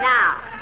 Now